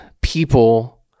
people